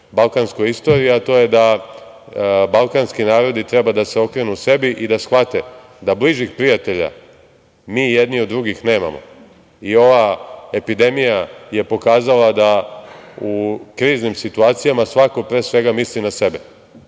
balkanskoj istoriji, a to je da balkanski narodi treba da se okrenu sebi i da shvate da bližih prijatelja mi jedni od drugih nemamo i ova epidemija je pokazala da u kriznim situacijama svako pre svega misli na sebe. Na